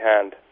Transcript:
hand